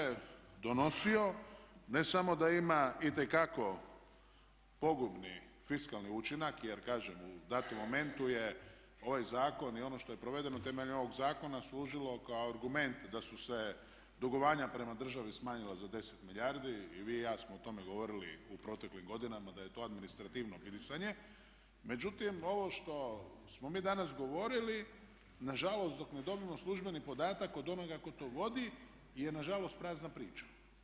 A ovaj zakon se donosio, ne samo da ima itekako pogubni fiskalni učinak, jer kažem u datom momentu je ovaj zakon i ono što je provedeno temeljem ovog zakona služilo kao argument da su se dugovanja prema državi smanjila za 10 milijardi, i vi i ja smo o tome govorili u proteklim godinama da je to administrativno … Međutim, ovo što smo mi danas govorili, nažalost dok ne dobijemo službeni podatak od onoga tko to vodi je nažalost prazna priča.